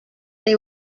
they